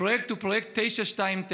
הפרויקט הוא פרויקט 929,